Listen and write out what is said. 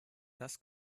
das